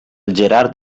gerard